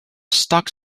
stock